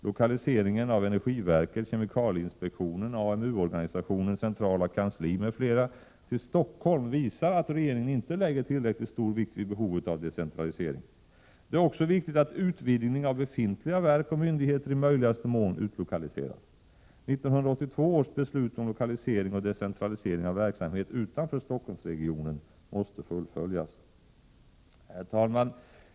Lokaliseringen av energiverket, kemikalieinspektionen, AMU-organisationens centrala kansli m.fl. arbetsplatser till Stockholm visar att regeringen inte lägger tillräckligt stor vikt vid behovet av decentralisering. Det är också viktigt att utvidgning av befintliga verk och myndigheter i möjligaste mån utlokaliseras. 1982 års beslut om lokalisering och decentralisering av verksamhet utanför Stockholmsregionen måste fullföljas. Herr talman!